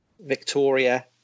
Victoria